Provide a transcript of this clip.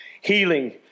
Healing